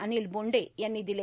अनिल बोंशे यांनी दिले